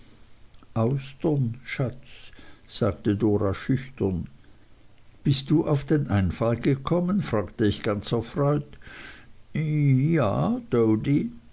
austern schatz sagte dora schüchtern bist du auf den einfall gekommen fragte ich ganz erfreut jja